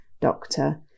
doctor